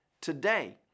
today